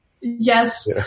Yes